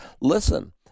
Listen